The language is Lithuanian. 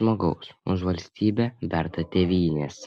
žmogaus už valstybę vertą tėvynės